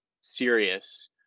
serious